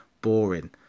boring